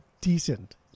decent